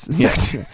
yes